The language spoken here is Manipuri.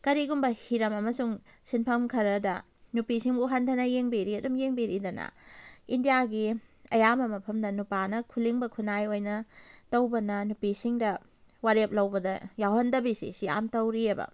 ꯀꯔꯤꯒꯨꯝꯕ ꯍꯤꯔꯝ ꯑꯃꯁꯨꯡ ꯁꯤꯟꯐꯝ ꯈꯔꯗ ꯅꯨꯄꯤꯁꯤꯡꯕꯨ ꯈꯟꯊꯅ ꯌꯦꯡꯕꯤꯔꯤ ꯑꯗꯨꯝ ꯌꯦꯡꯕꯤꯔꯤꯗꯅ ꯏꯟꯗꯤꯌꯥꯒꯤ ꯑꯌꯥꯝꯕ ꯃꯐꯝꯗ ꯅꯨꯄꯥꯅ ꯈꯨꯂꯤꯡꯕ ꯈꯨꯟꯅꯥꯏ ꯑꯣꯏꯅ ꯇꯧꯕꯅ ꯅꯨꯄꯤꯁꯤꯡꯗ ꯋꯥꯔꯦꯞ ꯂꯧꯕꯗ ꯌꯥꯎꯍꯟꯗꯕꯤꯁꯤ ꯁꯤ ꯌꯥꯝ ꯇꯧꯔꯤꯌꯦꯕ